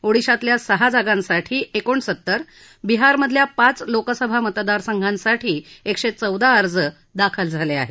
ओडिशातल्या सहा जागांसाठी एकोणसत्तर बिहारमधल्या पाच लोकसभा मतदारसंघांसाठी एकशेचौदा अर्ज दाखल झाले आहेत